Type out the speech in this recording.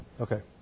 Okay